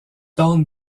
don